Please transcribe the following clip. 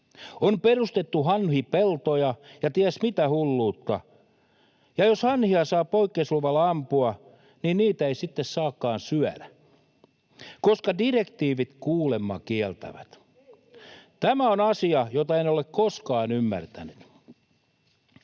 On perustettu hanhipeltoja ja ties mitä hulluutta, ja jos hanhia saa poikkeusluvalla ampua, niin niitä ei sitten saakaan syödä, koska direktiivit kuulemma kieltävät. [Satu Hassi: Eivät kiellä!] Tämä on asia, jota en ole koskaan ymmärtänyt.